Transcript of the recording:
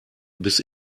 biss